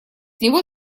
него